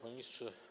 Panie Ministrze!